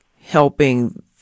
helping